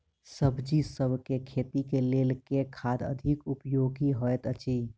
सब्जीसभ केँ खेती केँ लेल केँ खाद अधिक उपयोगी हएत अछि?